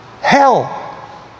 hell